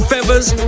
Feathers